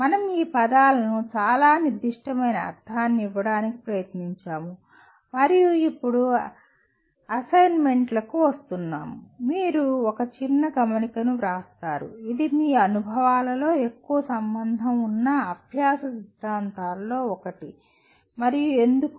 మనం ఈ పదాలకు చాలా నిర్దిష్టమైన అర్ధాన్ని ఇవ్వడానికి ప్రయత్నించాము మరియు ఇప్పుడు అసైన్మెంట్లకు వస్తున్నాము మీరు ఒక చిన్న గమనికను వ్రాస్తారు ఇది మీ అనుభవాలలో ఎక్కువ సంబంధం ఉన్న అభ్యాస సిద్ధాంతాలలో ఒకటి మరియు ఎందుకు